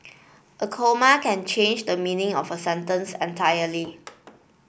a comma can change the meaning of a sentence entirely